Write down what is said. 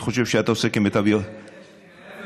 אני חושב שאתה עושה כמיטב, יש לי,